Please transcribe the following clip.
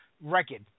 record